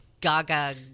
gaga